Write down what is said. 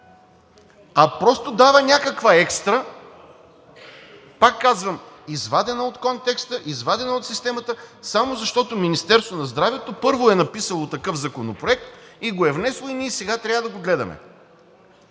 а просто дава някаква екстра, пак казвам, извадена от контекста, извадена от системата, само защото Министерството на здравеопазването първо е написало такъв законопроект и го е внесло, и ние сега трябва да го гледаме.